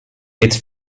its